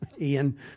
Ian